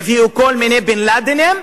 יביאו כל מיני בן-לאדנים,